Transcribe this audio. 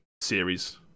series